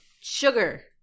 sugar